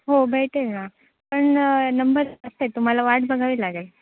हो भेटेल ना पण नंबर तुम्हाला वाट बघावी लागेल